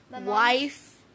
wife